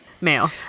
male